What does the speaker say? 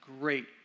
great